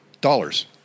Dollars